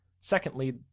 Secondly